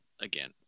again